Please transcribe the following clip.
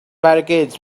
barricades